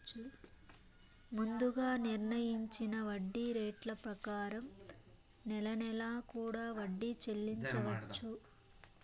ముందుగా నిర్ణయించిన వడ్డీ రేట్ల ప్రకారం నెల నెలా కూడా వడ్డీ చెల్లించవచ్చు